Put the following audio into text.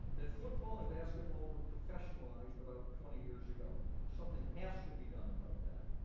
that football and basketball were professionalized about twenty years ago. something has to be done about that.